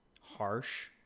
harsh